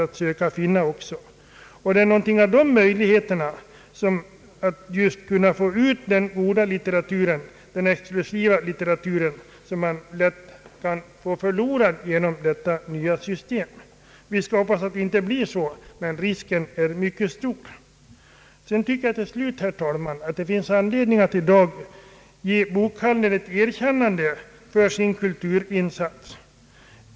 Men risken finns att några av dessa möjligheter går förlorade om det nya system för bokförsäljning vi här diskuterar kommer att införas. Vi skall hoppas att utvecklingen inte går i den riktningen, men risken är mycket stor. Jag anser, herr talman, att det i dag finns anledning att ge ett erkännande åt bokhandeln för dess kulturinsats.